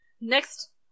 next